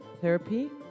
Therapy